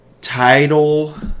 title